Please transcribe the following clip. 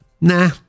nah